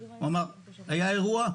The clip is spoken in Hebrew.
הוא אמר: היה אירוע,